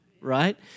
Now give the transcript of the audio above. right